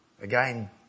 Again